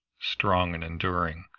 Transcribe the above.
strong and enduring,